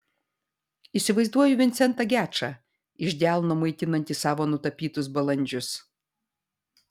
įsivaizduoju vincentą gečą iš delno maitinantį savo nutapytus balandžius